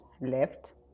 left